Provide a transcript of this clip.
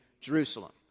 Jerusalem